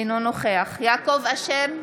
אינו נוכח יעקב אשר,